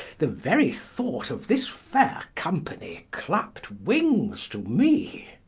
the very thought of this faire company, clapt wings to me